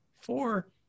Four